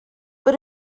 but